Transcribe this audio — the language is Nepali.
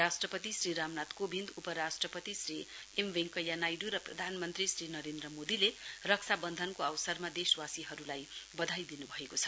राष्ट्रपति श्री रामनाथ कोविन्द उपराष्ट पति श्री एम वेंकैया नाइडू र प्रधानमन्त्री श्री नरेन्द्र मोदीले रक्षा बन्धनको अवसरमा देशवासीहरूलाई बधाई दिनु भएको छ